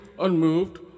unmoved